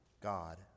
God